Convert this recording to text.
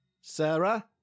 Sarah